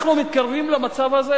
אנחנו מתקרבים למצב הזה.